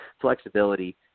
Flexibility